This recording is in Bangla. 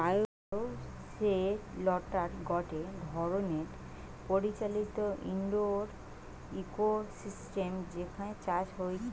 বায়োশেল্টার গটে ধরণের পরিচালিত ইন্ডোর ইকোসিস্টেম যেখানে চাষ হয়টে